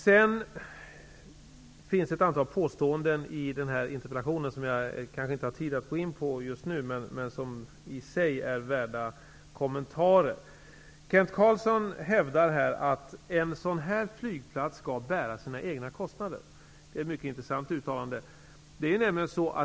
I interpellationen finns ett antal påståenden som jag inte har tid att gå in på just nu men som i sig är värda en kommentar. Kent Carlsson hävdar att en flygplats av detta slag skall bära sina egna kostnader. Det är ett mycket intressant uttalande.